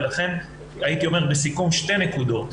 לכן הייתי אומר לסיכום שתי נקודות.